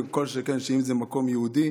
וכל שכן אם זה בא ממקום יהודי,